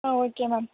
ah okay ma'am